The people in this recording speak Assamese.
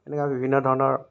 এনেকুৱা বিভিন্ন ধৰণৰ